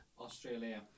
Australia